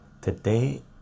Today